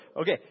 okay